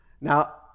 Now